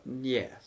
yes